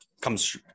comes